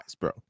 bro